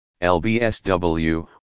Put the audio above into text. LBSW